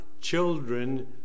children